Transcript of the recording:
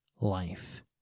life